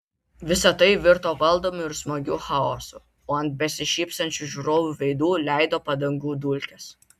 visa tai virto valdomu ir smagiu chaosu o ant besišypsančių žiūrovų veidų leido padangų dulkes